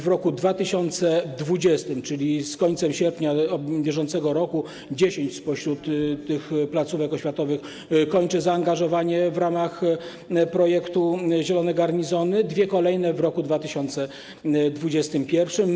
W roku 2020, czyli z końcem sierpnia br., 10 spośród tych placówek oświatowych kończy zaangażowanie w ramach projektu zielonych garnizonów, dwie kolejne - w roku 2021.